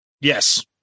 Yes